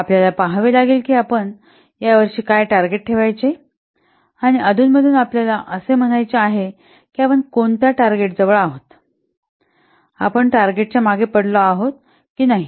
आपल्याला पहावे लागेल कि आपण या वर्षी काय टार्गेट ठेवायचे आणि अधूनमधून आपल्याला असे म्हणायचे आहे की आपण कोणत्या टार्गेटजवळ आहोत की आपण टार्गेट च्या मागे पडलो आहोत की नाही